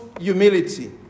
humility